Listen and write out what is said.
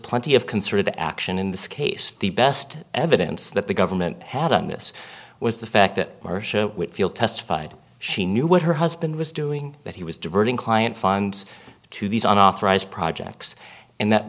plenty of concerted action in this case the best evidence that the government had on this was the fact that marsha whitfield testified she knew what her husband was doing that he was diverting client funds to these unauthorized projects and that